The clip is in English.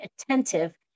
attentive